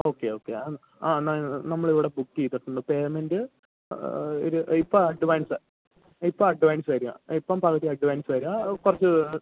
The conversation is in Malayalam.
ഓക്കെ ഓക്കെ അ ആ എന്നാൽ നമ്മളിവിടെ ബുക്ക് ചെയ്തിട്ടുണ്ട് പേയ്മെന്റ് ഒരു ഇപ്പോൾ അഡ്വാൻസ് ഇപ്പോൾ അഡ്വാൻസ് തരിക ഇപ്പോൾ പകുതി അഡ്വാൻസ് തരിക കുറച്ച്